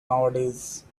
nowadays